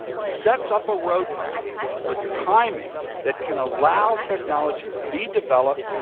sets up a roadmap with timing that can allow technology to be developed,